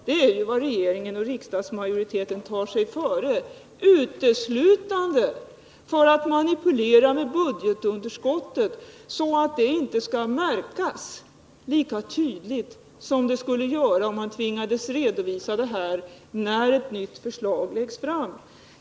Det är vad regeringen och riksdagsmajoriteten tar sig före, uteslutande för att manipulera med budgetunderskottet, så att detta inte skall märkas lika tydligt som det skulle göra om man tvingades redovisa detta när ett förslag läggs fram.